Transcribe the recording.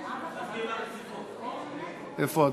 בעד החלת הרציפות או נגדה, בבקשה.